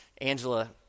Angela